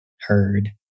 heard